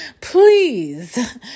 please